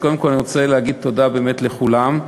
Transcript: קודם כול אני רוצה להגיד תודה באמת לכולם,